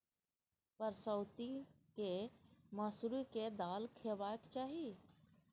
परसौती केँ मसुरीक दालि खेबाक चाही